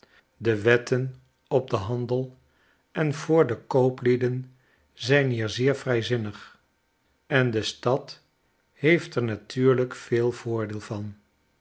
de wetten op den handel en voor de kooplieden zijn hier zeer vrijzinrrig en de stad heeft er natuurlijk veel voordeel van